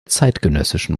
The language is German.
zeitgenössischen